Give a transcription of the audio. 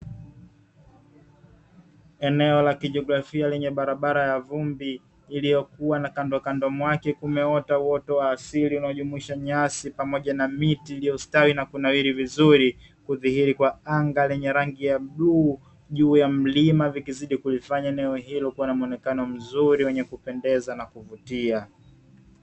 Eneo la kijografia lenye barabara ya vumbi iliyokuwa na kando kando mwake kumeota uoto wa asili unajumuisha nyasi pamoja na miti iliyostawi na kunawiri vizuri kudhihiri kwa anga lenye rangi ya bluu juu ya mlima vikizidi kulifanya eneo hilo kuwa na muonekano mzuri wenye kupendeza na kuvutia.